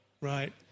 right